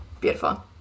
Beautiful